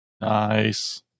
nice